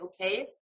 okay